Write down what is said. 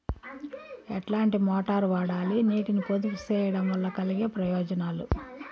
ఎట్లాంటి మోటారు వాడాలి, నీటిని పొదుపు సేయడం వల్ల కలిగే ప్రయోజనాలు?